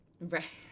Right